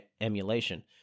emulation